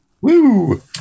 Woo